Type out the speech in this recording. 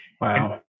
Wow